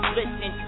listen